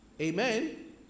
amen